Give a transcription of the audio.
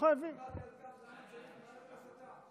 דיברתי על למה צריך מערכת הסתה.